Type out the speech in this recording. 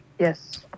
Yes